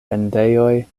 vendejoj